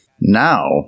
now